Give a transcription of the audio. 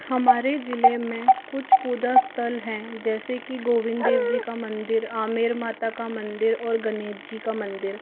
हमारे ज़िले में कुछ पूजा स्थल हैं जैसे की गोविंद देव जी का मंदिर आमेर माता का मंदिर और गणेज जी का मंदिर